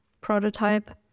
prototype